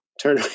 Turn